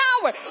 power